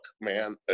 man